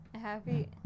Happy